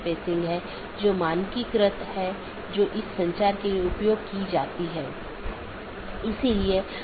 metric पर कोई सार्वभौमिक सहमति नहीं है जिसका उपयोग बाहरी पथ का मूल्यांकन करने के लिए किया जा सकता है